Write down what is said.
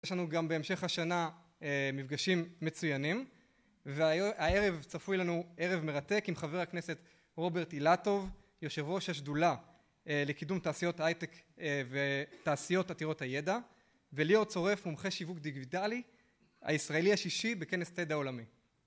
יש לנו גם בהמשך השנה מפגשים מצוינים, והערב צפוי לנו ערב מרתק עם חבר הכנסת רוברט אילטוב, יושב ראש השדולה לקידום תעשיות ההייטק ותעשיות עתירות הידע, וליאור צורף, מומחה שיווק דיגיטלי, הישראלי השישי בכנס ted העולמי